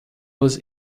was